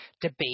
debate